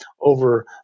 over